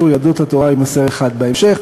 יהדות התורה: יימסר שם אחד בהמשך,